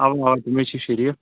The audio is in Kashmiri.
اَوا اَوا تِم ہَے چھِ شریٖف